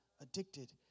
addicted